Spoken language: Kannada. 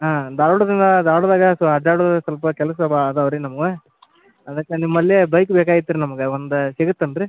ಹಾಂ ಧಾರವಾಡದಿಂದ ಧಾರವಾಡದಾಗ ಸೊ ಅಡ್ಡಾಡೊದು ಸ್ವಲ್ಪ ಕೆಲಸ ಅದಾವೆ ರೀ ನಮ್ಗೆ ಅದಕ್ಕೆ ನಿಮ್ಮಲ್ಲಿ ಬೈಕ್ ಬೇಕಾಗಿತ್ತು ರೀ ನಮ್ಗೆ ಒಂದು ಸಿಗತ್ತಲ್ಲ ರೀ